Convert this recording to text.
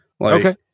Okay